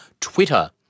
Twitter